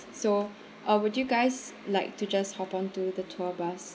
so uh would you guys like to just hop onto the tour bus